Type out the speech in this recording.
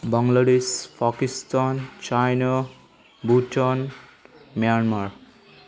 Bangladesh Pakistan China Bhutan Myanmar